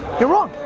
you're wrong.